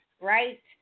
right